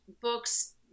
books